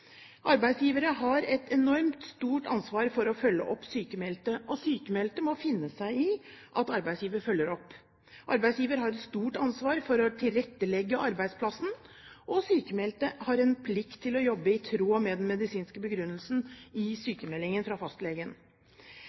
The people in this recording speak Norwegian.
Arbeidsgivere har et enormt stort ansvar for å følge opp sykmeldte, og sykmeldte må finne seg i at arbeidsgiver følger opp. Arbeidsgiver har et stort ansvar for å tilrettelegge arbeidsplassen, og sykmeldte har en plikt til å jobbe i tråd med den medisinske begrunnelsen i sykmeldingen fra fastlegen.